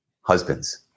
husbands